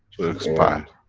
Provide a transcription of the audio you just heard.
expire.